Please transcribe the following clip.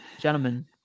gentlemen